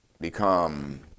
become